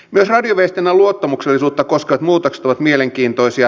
myös radioviestinnän luottamuksellisuutta koskevat muutokset ovat mielenkiintoisia